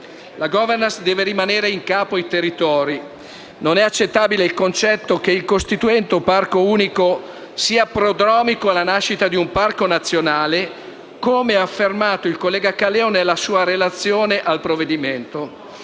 La governance deve rimanere in capo ai territori. Non è accettabile il concetto che il costituendo parco unico sia prodromico alla nascita di un parco nazionale, come ha affermato il collega Caleo nella sua relazione al provvedimento.